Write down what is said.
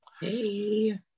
Hey